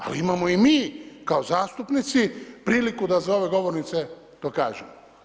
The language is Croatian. Ali imamo i mi kao zastupnici priliku da iza ove govornice to kažemo.